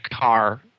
car